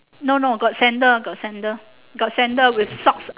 no no got sandal got sandal got sandal with socks